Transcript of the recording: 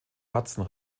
hudson